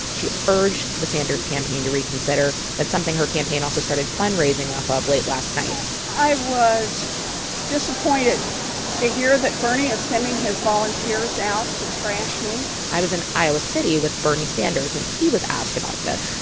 she urged the sanders campaign to reconsider. that's something her campaign also started fundraising off of late last night i was disappointed to hear that bernie is sending his volunteers out to trash me i was in iowa city with bernie sanders when he was asked about this,